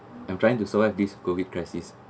I'm trying to survive this COVID crisis